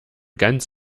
ganz